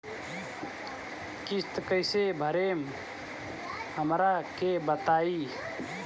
किस्त कइसे भरेम हमरा के बताई?